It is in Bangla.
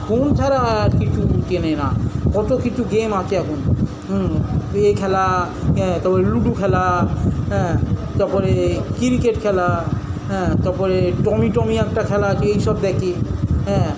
ফোন ছাড়া আর কিছু চেনে না কত কিছু গেম আছে এখন এ খেলা হ্যাঁ তারপরে লুডো খেলা হ্যাঁ তারপরে ক্রিকেট খেলা হ্যাঁ তারপরে টমিটমি একটা খেলা আছে এইসব দেখে হ্যাঁ